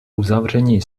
uzavření